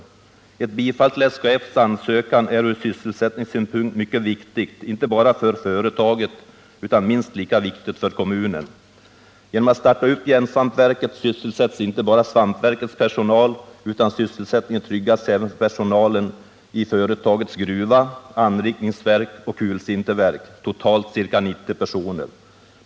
Ett bifall till SKF:s ansökan är ur sysselsättningssynpunkt mycket viktigt inte bara för företaget utan i minst lika hög grad för kommunen. Genom att starta järnsvampsverket sysselsätts inte bara svampverkets personal, utan sysselsättningen tryggas även för personalen i företagets gruva, anrikningsverk och kulsinterverk. Totalt gäller det ca 90 personer.